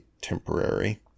temporary